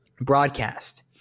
broadcast